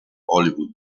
hollywood